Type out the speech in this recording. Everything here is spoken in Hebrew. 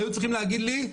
היו צריכים להגיד לי,